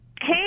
Hey